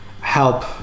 help